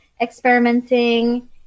experimenting